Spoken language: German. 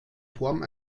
form